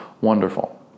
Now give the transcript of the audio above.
Wonderful